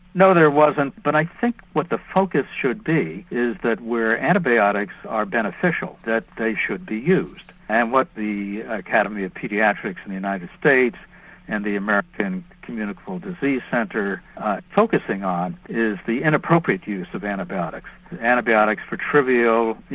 no there wasn't but i think what the focus should be is that where antibiotics are beneficial that they should be used and what the academy of paediatrics in the united states say and the american communicable disease centre are focussing on is the inappropriate use of antibiotics. antibiotics for trivial,